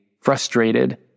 frustrated